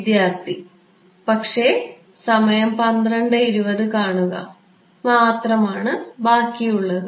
വിദ്യാർത്ഥിപക്ഷേ മാത്രമാണ് ബാക്കിയുള്ളത്